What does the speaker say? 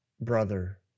brother